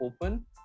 open